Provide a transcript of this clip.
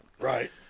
Right